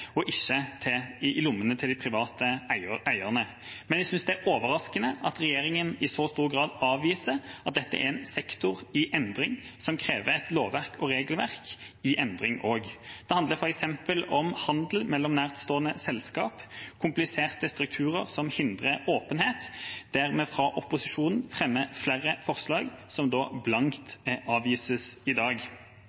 og ikke gå i lommene til de private eierne, men jeg syns det er overraskende at regjeringa i så stor grad avviser at dette er en sektor i endring, som krever et lovverk og regelverk i endring også. Det handler f.eks. om handel mellom nærstående selskap, kompliserte strukturer som hindrer åpenhet, der vi fra opposisjonen fremmer flere forslag som blankt